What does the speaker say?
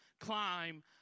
climb